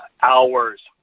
hours